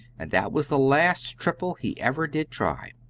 and that was the last triple he ever did try.